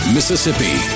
Mississippi